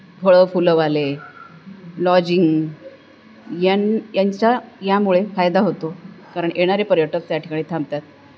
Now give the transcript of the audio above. फळं फुलंवाले लॉजिंग यांना यांचा यामुळे फायदा होतो कारण येणारे पर्यटक त्या ठिकाणी थांबतात